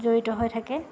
জড়িত হৈ থাকে